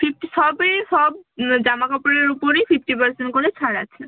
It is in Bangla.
ফিফটি সবই সব জামা কাপড়ের উপরেই ফিফটি পার্সেন্ট করে ছাড় আছে